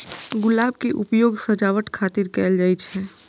गुलाब के उपयोग सजावट खातिर कैल जाइ छै